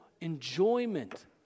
enjoyment